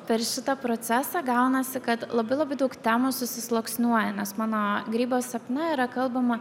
per šitą procesą gaunasi kad labai labai daug temų susisluoksniuoja nes mano grybo sapne yra kalbama